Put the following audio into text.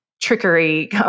trickery